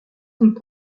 sont